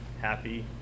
happy